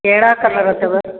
कहिड़ा कलर अथव